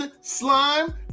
slime